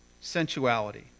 sensuality